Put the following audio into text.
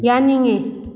ꯌꯥꯅꯤꯡꯏ